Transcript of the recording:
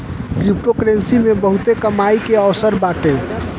cryptocurrency मे बहुते कमाई के अवसर बाटे